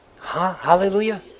Hallelujah